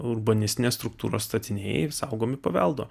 urbanistinės struktūros statiniai saugomi paveldo